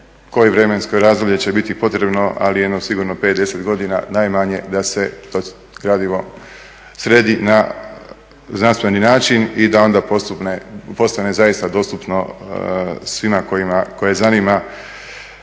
koje vremensko razdoblje će biti potrebno, ali jedno sigurno 5, 10 godina najmanje da se to gradivo sredi na znanstveni način i da onda postane zaista dostupno svima koje zanima